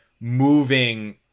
moving